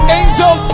angel